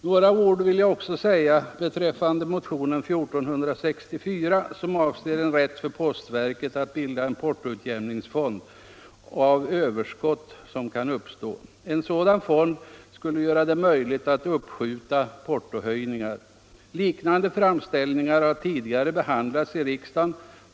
Jag vill också säga några ord beträffande motionen 1464, som avser rätt för postverket att bilda en portoutjämningsfond av överskott som kan uppstå. En sådan fond skulle göra det möjligt att uppskjuta portohöjningar. Liknande framställningar har tidigare behandlats i riksdagen.